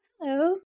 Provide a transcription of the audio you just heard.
Hello